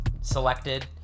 selected